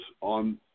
on